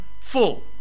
full